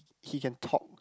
he can talk